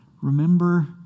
remember